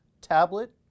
tablet